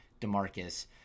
DeMarcus